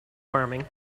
farming